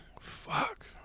Fuck